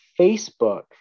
Facebook